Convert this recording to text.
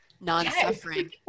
non-suffering